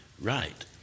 right